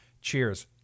Cheers